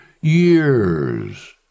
years